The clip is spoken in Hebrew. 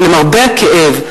למרבה הכאב,